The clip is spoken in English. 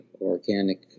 organic